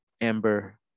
Amber